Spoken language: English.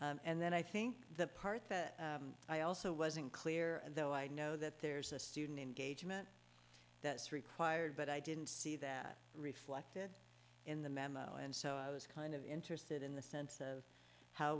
and then i think the part that i also wasn't clear and though i know that there's a student engagement that's required but i didn't see that reflected in the memo and so i was kind of interested in the sense of how